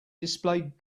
displayed